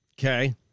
Okay